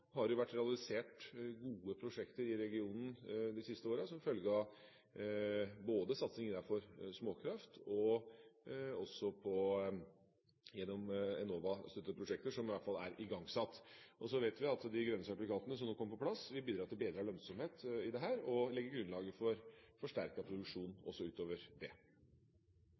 har det vært realisert gode prosjekter i regionen de siste årene, både som følge av satsing innenfor småkraft og gjennom Enovas støtteprosjekter som i hvert fall er igangsatt. Så vet vi at de grønne sertifikatene som nå kommer på plass, vil bidra til bedret lønnsomhet i dette og legge grunnlaget for forsterket produksjon også utover det.